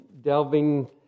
delving